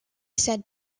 said